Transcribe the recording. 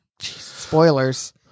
Spoilers